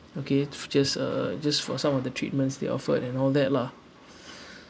okay f~ just uh just for some of the treatments they offered and all that lah